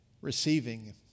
Receiving